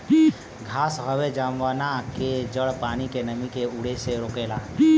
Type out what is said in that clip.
घास हवे जवना के जड़ पानी के नमी के उड़े से रोकेला